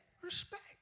respect